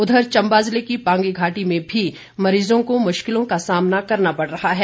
उधर चम्बा जिले की पांगी घाटी में भी मरीज़ों को मुश्किलों का सामना करना पड़ रहा है